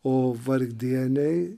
o vargdieniai